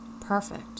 perfect